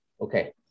Okay